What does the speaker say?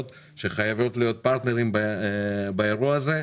שחייבות להיות פרטנרים באירוע הזה.